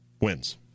wins